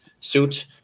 suit